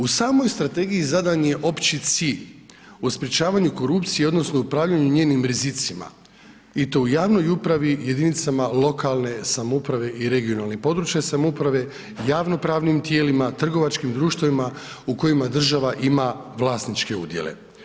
U samoj strategiji zadan je opći cilj o sprječavanju korupcije odnosno upravljanju njenim rizicima i to u javno upravi, jedinicama lokalne samouprave i regionalne (područne) samouprave, javnopravnim tijelima, trgovačkim društvima u kojima država ima vlasničke udjele.